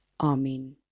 Amen